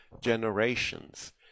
generations